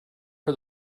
for